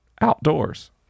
outdoors